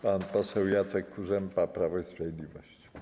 Pan poseł Jacek Kurzępa, Prawo i Sprawiedliwość.